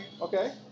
Okay